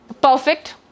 perfect